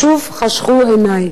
חשכו עיני.